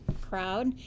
crowd